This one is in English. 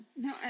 No